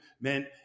meant